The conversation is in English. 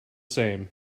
same